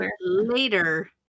later